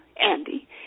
Andy